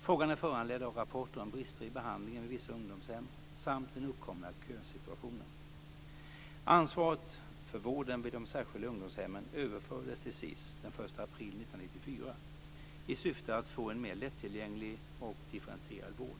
Frågan är föranledd av rapporter om brister i behandlingen vid vissa ungdomshem samt den uppkomna kösituationen. Ansvaret för vården vid de särskilda ungdomshemmen överfördes till SiS den 1 april 1994 i syfte att få en mer lättillgänglig och differentierad vård.